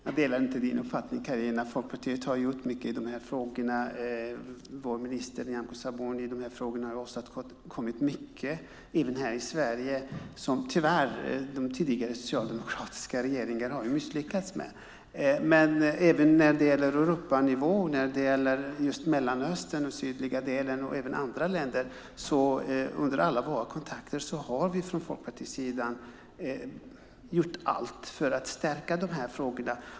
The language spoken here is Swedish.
Fru talman! Jag delar inte din uppfattning, Carina. Folkpartiet har gjort mycket i dessa frågor. Vår minister Nyamko Sabuni har åstadkommit mycket i de här frågorna, även här i Sverige, som tyvärr de tidigare socialdemokratiska regeringarna har misslyckats med. Men även i Europa, den sydliga delen av Mellanöstern och andra länder har vi från Folkpartiets sida under alla våra kontakter gjort allt för att stärka de här frågorna.